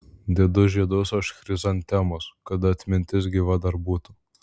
dedu žiedus aš chrizantemos kad atmintis gyva dar būtų